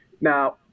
Now